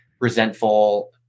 resentful